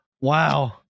wow